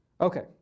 Okay